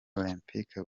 olempike